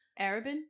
Arabin